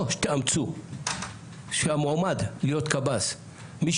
או שתאמצו שהמועמד להיות קב"ס מי